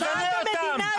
תגנה אותם.